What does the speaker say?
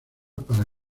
para